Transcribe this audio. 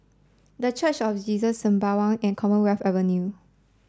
the Church of Jesus Sembawang and Commonwealth Avenue